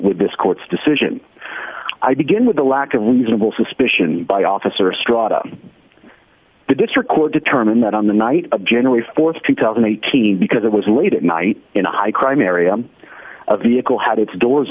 with this court's decision i begin with the lack of reasonable suspicion by officer strada the district court determined that on the night of january th two thousand and eighteen because it was late at night in a high crime area a vehicle had its doors